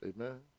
Amen